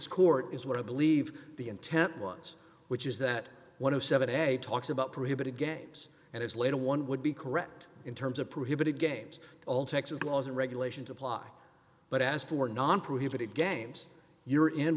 court is what i believe the intent was which is that one of seventy eight dollars talks about prohibited games and as little one would be correct in terms of prohibited games all texas laws and regulations apply but as for non proven it games you're in